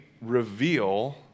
reveal